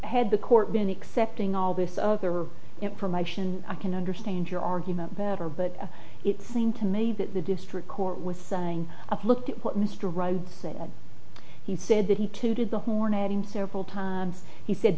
had the court been accepting all this other information i can understand your argument better but it seemed to me that the district court with signing of looked at what mr rhodes said he said that he too did the horn adding several times he said